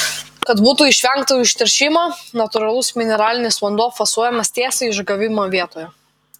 kad būtų išvengta užteršimo natūralus mineralinis vanduo fasuojamas tiesiai išgavimo vietoje